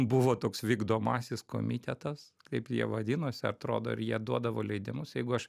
buvo toks vykdomasis komitetas kaip jie vadinosi atrodo ir jie duodavo leidimus jeigu aš